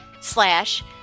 slash